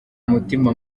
mutima